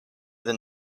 than